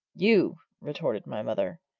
you! retorted my mother.